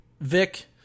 Vic